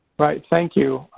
right thank you.